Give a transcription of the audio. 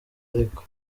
ariko